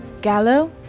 Gallo